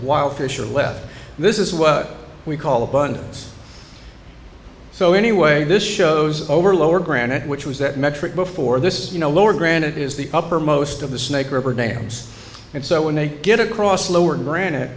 while fish are left this is what we call abundance so anyway this shows over lower granite which was that metric before this you know lower granite is the uppermost of the snake river dams and so when they get across lower granite